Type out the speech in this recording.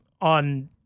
on